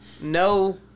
no